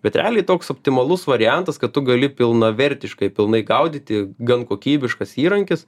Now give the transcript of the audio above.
bet realiai toks optimalus variantas kad tu gali pilnavertiškai pilnai gaudyti gan kokybiškas įrankis